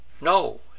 No